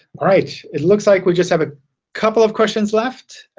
right. it looks like we just have a couple of questions left.